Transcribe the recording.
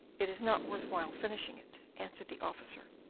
it is not worth while finishing it, answered the officer.